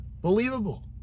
believable